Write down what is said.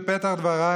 בפתח דבריי,